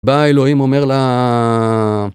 בא אלוהים אומר לה